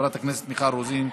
חברת הכנסת מיכל רוזין,